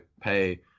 pay